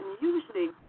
Usually